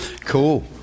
Cool